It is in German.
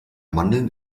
mandeln